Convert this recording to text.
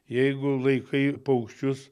jeigu laikai paukščius